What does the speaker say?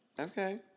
Okay